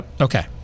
Okay